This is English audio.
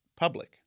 public